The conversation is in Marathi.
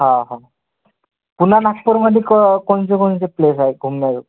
हा हं पुन्हा नागपूरमध्ये क कोणते कोणते प्लेस आहे घुमण्याकरता